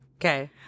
Okay